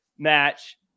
match